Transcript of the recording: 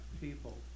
people